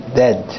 dead